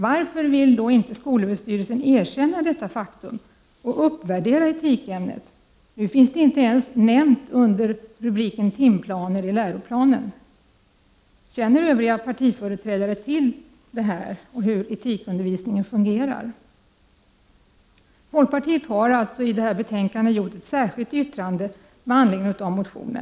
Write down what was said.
Varför vill då skolöverstyrelsen inte erkänna detta faktum och uppvärdera etikämnet? Nu nämns detta ämne inte ens under rubriken Timplaner i läroplanen. Känner övriga partiföreträdare till hur etikundervisningen fungerar? Folkpartiet har till detta betänkande fogat ett särskilt yttrande med anledning av vår motion.